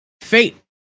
fate